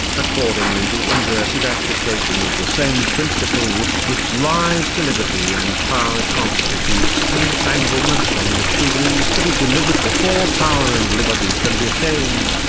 accordingly the inverted application of the same principle which gives rise to liberty and power constitutes the entanglement from which we need to be delivered before power and liberty can be attained,